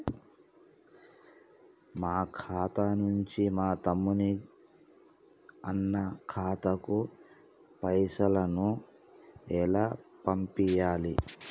మా ఖాతా నుంచి మా తమ్ముని, అన్న ఖాతాకు పైసలను ఎలా పంపియ్యాలి?